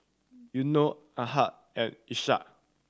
Yuno Ahad and Ishak